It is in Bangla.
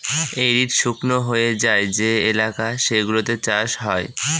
এরিড শুকনো হয়ে যায় যে এলাকা সেগুলোতে চাষ হয়